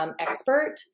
expert